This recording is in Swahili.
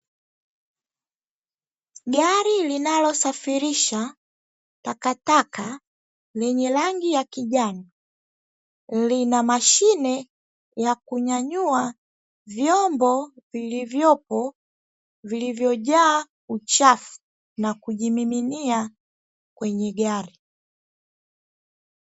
Gari linalo safirisha takataka lenye rangi ya kijani lina mashine ya kunyanyua vyombo viliivyopo, vilivyojaa uchafu na kujimiminia kwenye gari.